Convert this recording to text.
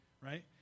right